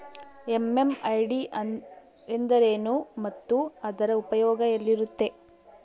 MMID ಎಂದರೇನು ಮತ್ತು ಅದರ ಉಪಯೋಗ ಎಲ್ಲಿರುತ್ತೆ?